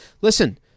listen